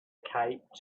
cape